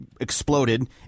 exploded